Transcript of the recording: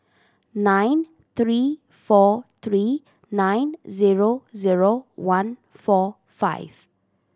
nine three four three nine zero zero one four five